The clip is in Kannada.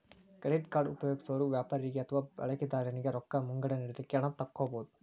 ಕ್ರೆಡಿಟ್ ಕಾರ್ಡ್ ಉಪಯೊಗ್ಸೊರು ವ್ಯಾಪಾರಿಗೆ ಅಥವಾ ಬಳಕಿದಾರನಿಗೆ ರೊಕ್ಕ ಮುಂಗಡ ನೇಡಲಿಕ್ಕೆ ಹಣ ತಕ್ಕೊಬಹುದು